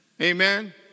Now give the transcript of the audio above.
Amen